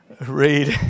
read